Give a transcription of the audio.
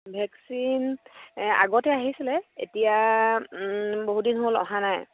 vaccine আগতে আহিছিলে এতিয়া বহু দিন হ'ল অহা নাই